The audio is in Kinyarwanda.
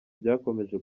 byakomeje